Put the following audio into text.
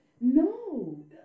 No